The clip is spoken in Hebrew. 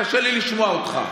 קשה לי לשמוע אותך.